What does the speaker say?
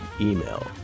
email